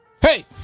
Hey